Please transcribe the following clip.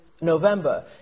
November